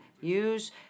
use